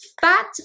fat